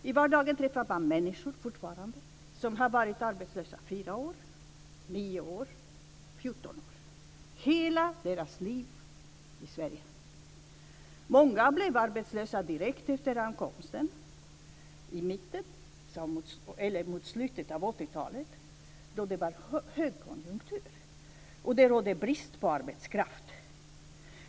I vardagen träffar man fortfarande människor som har varit arbetslösa i 4 år, 9 år, 14 år - hela deras liv i Sverige. Många blev arbetslösa direkt efter ankomsten mot slutet av 80-talet, då det var högkonjunktur och rådde brist på arbetskraft.